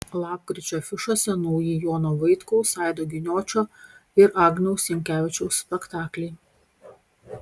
lapkričio afišose nauji jono vaitkaus aido giniočio ir agniaus jankevičiaus spektakliai